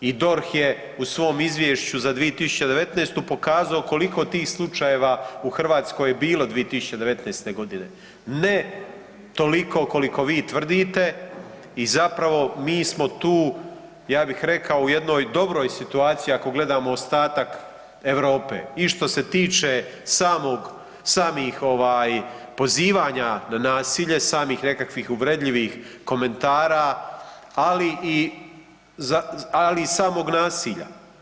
I DORH je u svom izvješću za 2019.pokazao koliko je tih slučajeva u Hrvatskoj bilo 2019.g. Ne toliko koliko vi tvrdite i zapravo mi smo tu ja bih rekao u jednoj dobroj situaciji ako gledamo ostatak Europe i što se tiče samih pozivanja na nasilje samih nekakvih uvredljivih komentara, ali i samog nasilja.